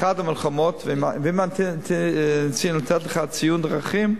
אחת המלחמות, ואם אני רוצה לתת לך ציון דרכים,